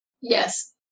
Yes